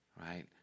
right